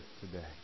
today